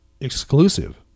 exclusive